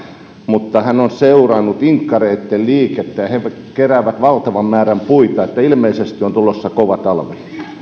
mutta hän on seurannut inkkareitten liikettä ja he keräävät valtavan määrän puita että ilmeisesti on tulossa kova talvi